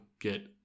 get